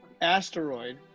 asteroid